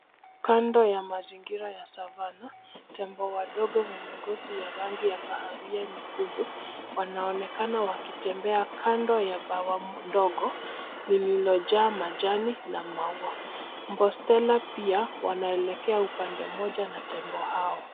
Kando ya mazingira ya savana tembo wadogo wenye ngozi ya rangi ya kahawia nyekundu wanaonekana wakitembea kando ya bwawa mdogo lililojaa majani na maua. Mbostela pia wanaelekea upande mmoja na tembo hao.